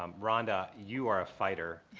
um rhonda, you are a fighter,